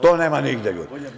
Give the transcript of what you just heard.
To nema nigde, ljudi.